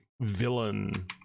villain